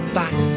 back